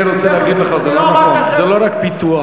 אני רוצה להגיד לך: זה לא נכון, זה לא רק פיתוח.